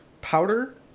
powder